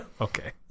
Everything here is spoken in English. Okay